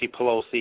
Pelosi